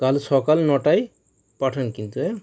কাল সকাল নটায় পাঠান কিন্তু অ্যাঁ